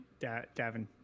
davin